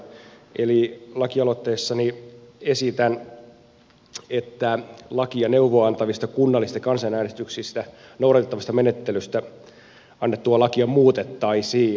eli lakialoitteessani esitän että neuvoa antavissa kunnallisissa kansanäänestyksissä noudatettavasta menettelystä annettua lakia muutettaisiin